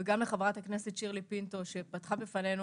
גם לחברת הכנסת שירלי פינטו שפתחה בפנינו